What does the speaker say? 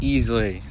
Easily